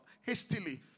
hastily